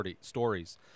stories